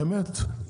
אמת.